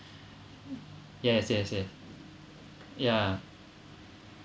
yes yes yes ya